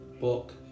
book